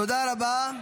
תודה רבה.